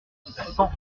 cent